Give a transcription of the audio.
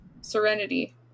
Serenity